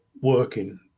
working